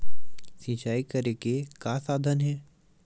सिंचाई करे के का साधन हे?